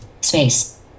space